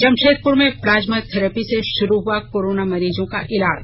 जमशेदपुर में plasma therapy से शुरू हआ कोरोना मरीजों का इलाज